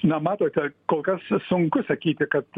na matote kol kas sunku sakyti kad